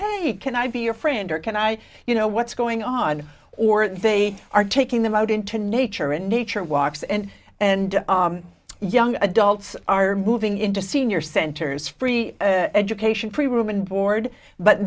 hey can i be your friend or can i you know what's going on or they are taking them out into nature and nature walks and and young adults are moving into senior centers free education free room and board but